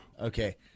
Okay